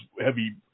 heavy